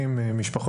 תזכיר לנו.